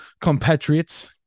compatriots